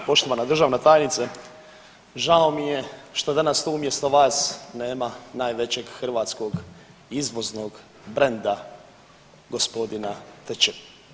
Poštovana državna tajnice žao mi je što danas tu umjesto vas nema najvećeg hrvatskog izvoznog brenda gospodina Teče.